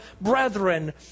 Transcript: brethren